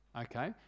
okay